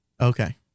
Okay